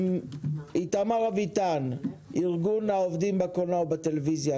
איתמר אביטן, ארגון העובדים בקולנוע ובטלוויזיה.